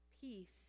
peace